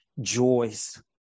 joys